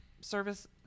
service